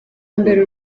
mbere